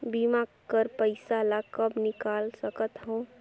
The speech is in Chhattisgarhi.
बीमा कर पइसा ला कब निकाल सकत हो?